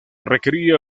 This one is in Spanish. requería